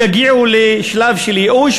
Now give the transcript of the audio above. יגיעו לייאוש,